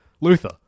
Luther